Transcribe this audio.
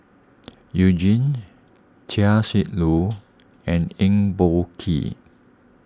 You Jin Chia Shi Lu and Eng Boh Kee